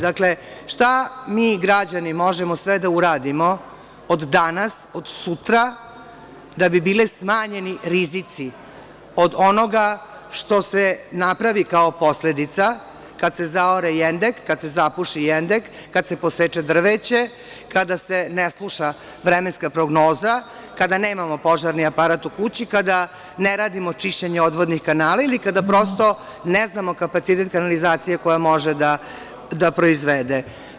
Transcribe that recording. Dakle, šta mi građani možemo sve da uradimo od danas, od sutra da bi bili smanjeni rizici od onoga što se napravi kao posledica kada zaore jendek, kada se zapuši jendek, kada se poseče drveće, kada se ne sluša vremenska prognoza, kada nemamo požarni aparat u kući, kada ne radimo čišćenje odvodnih kanala ili kada prosto ne znamo kuda ide kanalizacija koja može da proizvede.